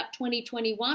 2021